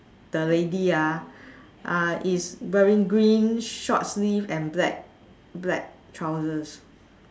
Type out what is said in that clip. the lady ah ah is wearing green short sleeve and black black trousers